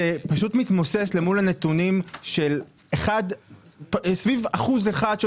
זה פשוט מתמוסס למול הנתונים סביב אחוז אחד של